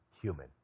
human